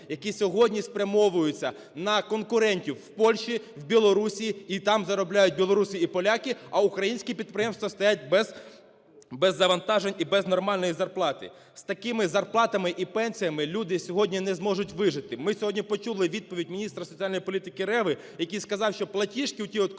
які сьогодні спрямовуються на конкурентів в Польщі, в Білорусії, і там заробляють білоруси, і поляки, а українські підприємства стоять без завантажень і без нормальної зарплати. З такими зарплатами і пенсіями люди сьогодні не зможуть вижити. Ми сьогодні почули відповідь міністра соціальної політики Реви, який сказав, що платіжки ті, от космічні